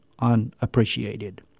unappreciated